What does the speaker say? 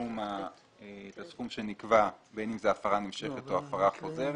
הסכום שנקבע, בין אם זו הפרה נמשכת או הפרה חוזרת.